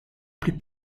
plus